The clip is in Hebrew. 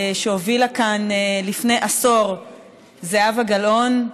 שהובילה כאן לפני עשור זהבה גלאון,